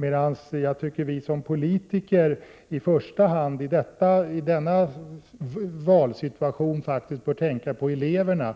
Jag tycker dock att vi som politiker i första hand i denna valsituation bör tänka på eleverna.